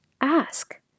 ask